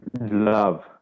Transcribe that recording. love